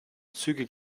zügig